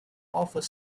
offers